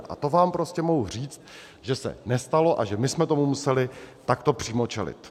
A to vám prostě mohu říct, že se nestalo a že my jsme tomu museli takto přímo čelit.